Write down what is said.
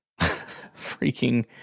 Freaking